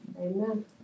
Amen